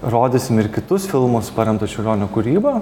rodysim ir kitus filmus paremtus čiurlionio kūryba